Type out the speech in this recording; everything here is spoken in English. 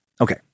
Okay